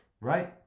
right